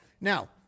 Now